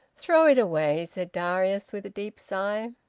throw it away, said darius, with deep sigh.